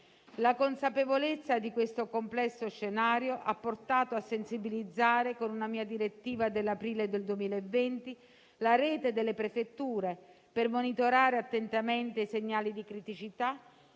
La consapevolezza di questo complesso scenario ha portato a sensibilizzare, con una mia direttiva dell'aprile del 2020, la rete delle prefetture per monitorare attentamente segnali di criticità